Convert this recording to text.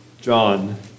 John